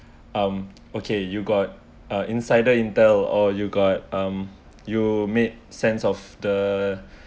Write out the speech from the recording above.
um okay you got a insider intel~ or you got um you make sense of the